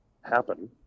happen